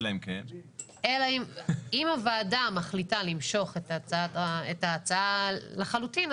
אם הוועדה מחליטה למשוך את ההצעה לחלוטין,